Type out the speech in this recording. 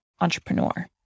entrepreneur